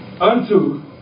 unto